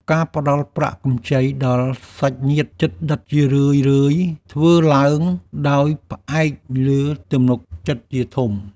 ការផ្តល់ប្រាក់កម្ចីដល់សាច់ញាតិជិតដិត ជារឿយៗធ្វើឡើងដោយផ្អែកលើទំនុកចិត្តជាធំ។